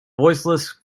voiceless